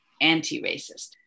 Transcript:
anti-racist